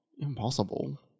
impossible